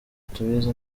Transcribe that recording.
tubizi